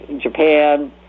Japan